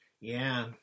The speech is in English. Yeah